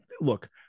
look